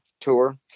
tour